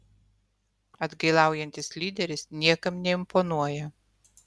atgailaujantis lyderis niekam neimponuoja